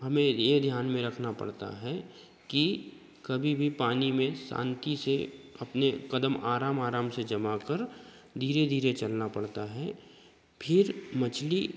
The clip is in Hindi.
हमें यह ध्यान में रखना पड़ता है कि कभी भी पानी में शांति से अपने कदम आराम आराम से जमा कर धीरे धीरे चलना पड़ता है फिर मछली